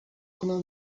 کنم